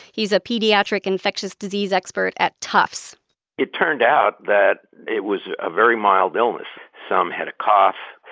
he's a pediatric infectious disease expert at tufts it turned out that it was a very mild illness. some had a cough.